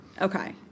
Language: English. okay